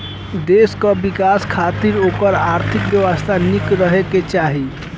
देस कअ विकास खातिर ओकर आर्थिक व्यवस्था निक रहे के चाही